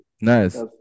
nice